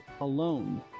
alone